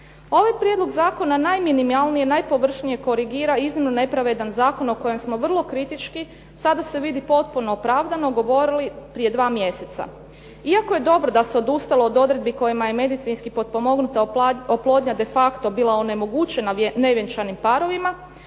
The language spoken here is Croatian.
Ovaj prijedlog zakona najminimalnije, najpovršnije korigira iznimno nepravedan zakon o kojem smo vrlo kritički, sada se vidi potpuno opravdano govorili prije dva mjeseca. Iako je dobro da se odustalo od odredbi kojima je medicinski potpomognuta oplodnja de facto bila onemogućena nevjenčanim parovima,